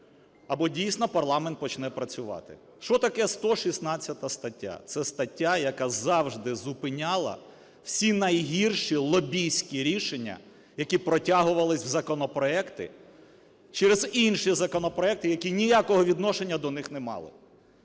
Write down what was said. або дійсно парламент почне працювати. Що таке 116 стаття? Це стаття, яка завжди зупиняла всі найгірші лобістські рішення, які протягувалися в законопроекти через інші законопроекти, які ніякого відношення до них не мали.